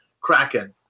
Kraken